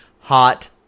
Hot